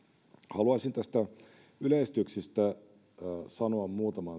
haluaisin näistä yleistyksistä sanoa muutaman